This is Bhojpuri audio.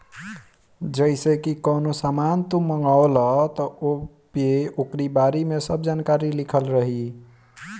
जइसे की कवनो सामान तू मंगवल त ओपे ओकरी बारे में सब जानकारी लिखल रहि